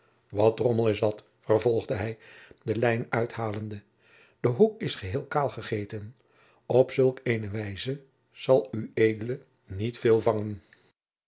wat drommel is dat vervolgde hij de lijn uithalende de hoek is geheel kaal gegeten op zulk eene wijze zal ued niet veel vangen